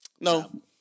No